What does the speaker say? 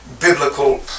biblical